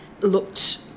looked